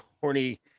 corny